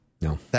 No